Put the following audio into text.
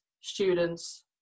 students